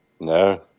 no